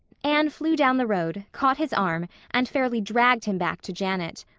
anne flew down the road, caught his arm and fairly dragged him back to janet.